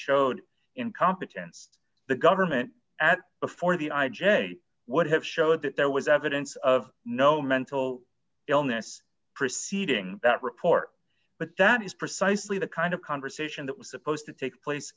showed incompetence the government at before the i j a would have showed that there was evidence of no mental illness preceding that report but that is precisely the kind of conversation that was supposed to take place